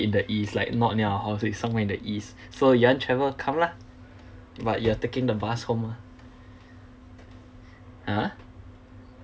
in the east like not near our house it's somewhere in the east so you want travel come lah but you're taking the bus home ah !huh!